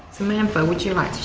samantha, would you like